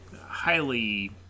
highly